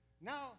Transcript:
now